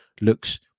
looks